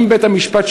אם בית-המשפט,